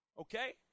okay